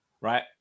right